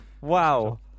wow